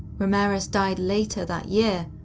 ramirez died later that year,